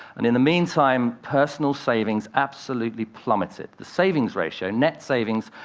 and in the mean time, personal savings absolutely plummeted. the savings ratio, net savings,